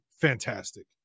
fantastic